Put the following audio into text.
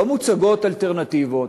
לא מוצגות אלטרנטיבות,